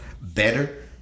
better